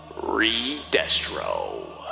re-destro.